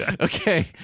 Okay